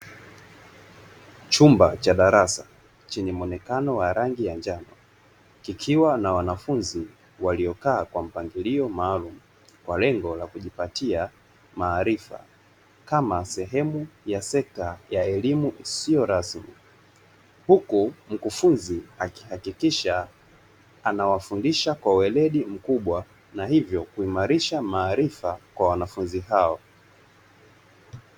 Chumba cha darasa chenye muonekano wa rangi ya njano, kikiwa na wanafunzi waliokaa kwa mpangilio maalum kwa lengo la kujipatia maarifa kama sehemu ya sekta ya elimu isiyo rasmi, huku mkufunzi akihakikisha anawafundisha kwa weledi mkubwa na hivyo kuimarisha maarifa kwa wanafunzi hao.